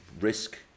risk